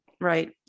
right